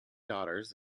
daughters